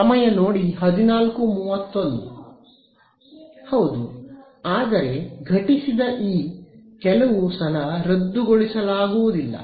ಹೌದು ಆದರೆ ಘಟಿಸಿದ ಇ ಕೆಲವು ಸಲ ರದ್ದುಗೊಳಿಸಲಾಗುವುದಿಲ್ಲ